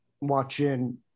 watching